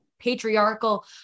patriarchal